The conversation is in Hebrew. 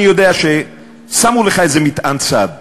אני יודע ששמו לך איזה מטען צד,